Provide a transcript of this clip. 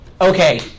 okay